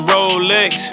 Rolex